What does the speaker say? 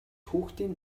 хүүхдийн